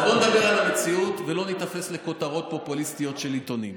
אז בואו נדבר על המציאות ולא ניתפס לכותרות פופוליסטיות של עיתונים,